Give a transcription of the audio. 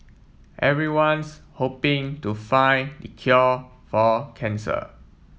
everyone's hoping to find the cure for cancer